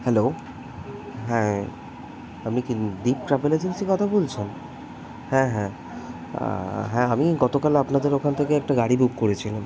hello হ্যাঁ আপনি কি দীপ ট্রাভেল এজেন্সি কথা বলছেন হ্যাঁ হ্যাঁ হ্যাঁ আমিই গতকাল আপনাদের ওখান থেকে একটা গাড়ি বুক করেছিলাম